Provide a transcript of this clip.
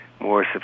more